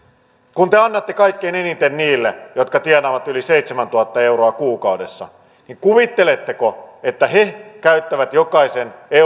kun te annatte kaikkein eniten niille jotka tienaavat yli seitsemäntuhatta euroa kuukaudessa kuvitteletteko että he käyttävät jokaisen